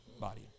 body